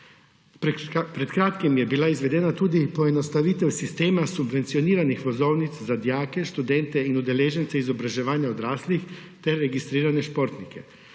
Pred kratkim je bila izvedena tudi poenostavitev sistema subvencioniranih vozovnic za dijake, študente in udeležence izobraževanja odraslih ter registrirane športnike.